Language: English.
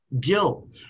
guilt